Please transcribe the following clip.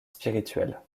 spirituelles